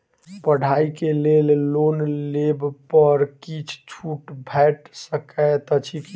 पढ़ाई केँ लेल लोन लेबऽ पर किछ छुट भैट सकैत अछि की?